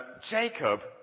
Jacob